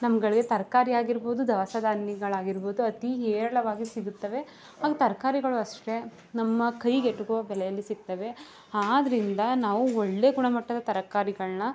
ನಮ್ಮಗಳ್ಗೆ ತರಕಾರಿ ಆಗಿರ್ಬೋದು ದವಸ ಧಾನ್ಯಗಳಾಗಿರ್ಬೋದು ಅತಿ ಹೇರಳವಾಗಿ ಸಿಗುತ್ತವೆ ಹಾಗೂ ತರಕಾರಿಗಳು ಅಷ್ಟೆ ನಮ್ಮ ಕೈಗೆಟುಕುವ ಬೆಲೆಯಲ್ಲಿ ಸಿಗುತ್ತವೆ ಆದ್ದರಿಂದ ನಾವು ಒಳ್ಳೆ ಗುಣಮಟ್ಟದ ತರಕಾರಿಗಳನ್ನ